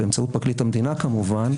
באמצעות פרקליט המדינה כמובן,